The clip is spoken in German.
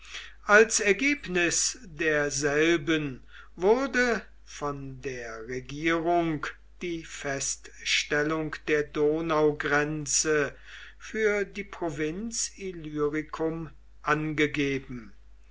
als ergebnis derselben wurde von der regierung die feststellung der donaugrenze für die provinz illyricum angegeben